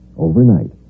Overnight